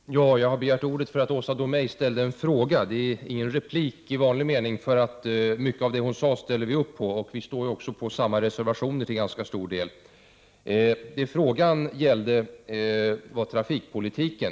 aubdning av.aleploma Herr talman! Jag har begärt ordet därför att Åsa Domeij ställde en fråga. Ping ocfesäldöd Det är inte någon replik i vanlig mening, för vi ställer oss bakom mycket av det som Åsa Domeij sade. Vi står också till ganska stor del bakom samma reservationer. Frågan gällde trafikpolitiken.